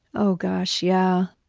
oh gosh, yeah.